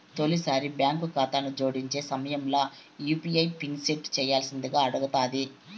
తొలిసారి బాంకు కాతాను జోడించే సమయంల యూ.పీ.ఐ పిన్ సెట్ చేయ్యాల్సిందింగా అడగతాది